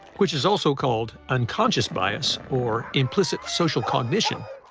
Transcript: which is also called unconscious bias or implicit social cognition,